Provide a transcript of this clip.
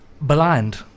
blind